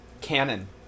Canon